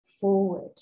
forward